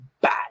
bad